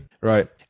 right